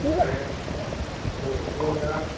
है पोइ उहो तव्हां